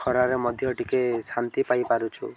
ଖରାରେ ମଧ୍ୟ ଟିକେ ଶାନ୍ତି ପାଇପାରୁଛୁ